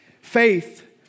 faith